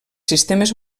sistemes